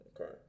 Okay